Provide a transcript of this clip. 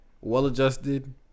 Well-adjusted